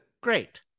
great